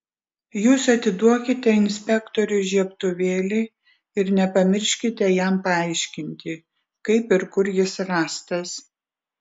jūs atiduokite inspektoriui žiebtuvėlį ir nepamirškite jam paaiškinti kaip ir kur jis rastas